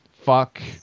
fuck